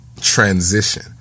transition